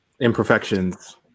imperfections